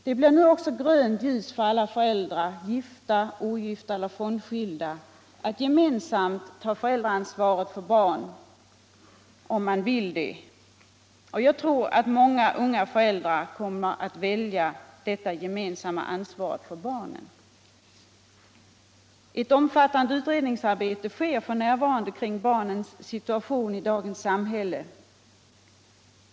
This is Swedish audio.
Det blir nu också grönt ljus för alla föräldrar — gifta, ogifta eller frånskilda — att gemensamt ta föräldraansvaret för barnet, om de vill det. Jag tror att många unga föräldrar kommer att välja detta gemensamma ansvar för barnen. Ett omfattande utredningsarbete bedrivs f.n. kring barnets situation i dagens samhälle.